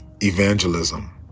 evangelism